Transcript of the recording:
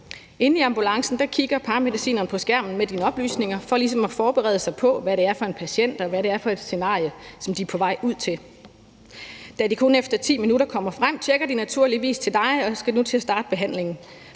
Inde i ambulancen kigger paramedicineren på skærmen med dine oplysninger for ligesom at forberede sig på, hvad det er for en patient, og hvad det er for et scenarie, som de er på vej ud til. Da de efter kun 10 minutter kommer frem, tjekker de dig naturligvis og skal nu til at starte behandlingen,